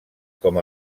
com